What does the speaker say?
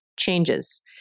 Changes